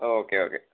okay okay